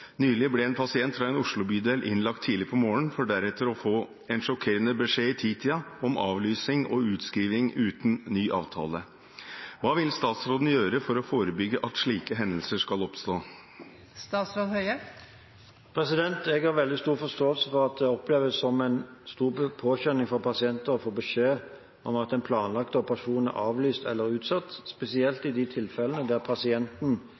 Nylig ble en pasient fra en Oslo-bydel innlagt tidlig på morgenen, for deretter å få en sjokkerende beskjed i ti-tida om avlysning og utskriving uten ny avtale. Hva vil statsråden gjøre for å forebygge at slike hendelser skal oppstå?» Jeg har veldig stor forståelse for at det oppleves som en stor påkjenning for pasienten å få beskjed om at en planlagt operasjon er avlyst eller utsatt, spesielt i de tilfeller der pasienten